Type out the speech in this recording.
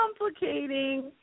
complicating